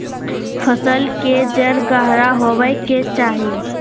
फसल के जड़ गहरा होबय के चाही